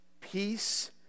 Peace